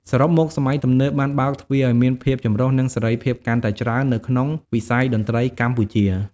សរុបមក សម័យទំនើបបានបើកទ្វារឱ្យមានភាពចម្រុះ និងសេរីភាពកាន់តែច្រើននៅក្នុងវិស័យតន្ត្រីកម្ពុជា។